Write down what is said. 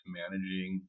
managing